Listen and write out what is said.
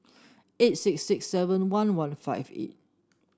eight six six seven one one five eight